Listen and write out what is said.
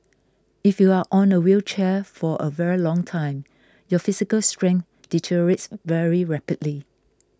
if you are on a wheelchair for a very long time your physical strength deteriorates very rapidly